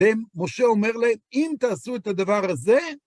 משה אומר להם: אם תעשו את הדבר הזה,